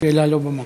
שאלה לא במקום.